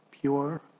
Pure